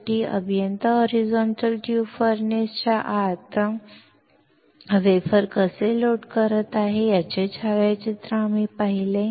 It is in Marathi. शेवटी अभियंता होरिझोंट्ल ट्यूब फर्नेस च्या आत वेफर कसे लोड करत आहे याचे छायाचित्र आम्ही पाहिले